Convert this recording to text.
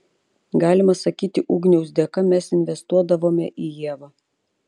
galima sakyti ugniaus dėka mes investuodavome į ievą